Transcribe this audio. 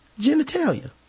genitalia